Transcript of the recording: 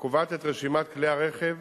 הקובעת את רשימת כלי הרכב